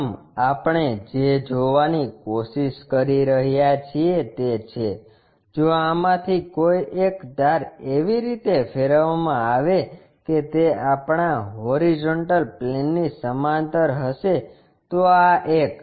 પ્રથમ આપણે જે જોવાની કોશિશ કરી રહ્યા છીએ તે છે જો આમાંથી કોઈ એક ધાર એવી રીતે ફેરવવામાં આવે કે તે આપણા હોરીઝોન્ટલ પ્લેનની સમાંતર હશે તો આ એક